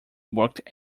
worked